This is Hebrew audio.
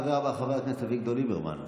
חבר הכנסת אביגדור ליברמן,